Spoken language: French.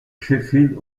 sheffield